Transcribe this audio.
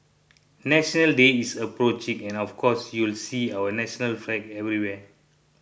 National Day is approaching and of course you'll see our national flag everywhere